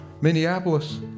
Minneapolis